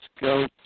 go